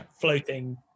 floating